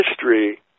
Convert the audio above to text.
history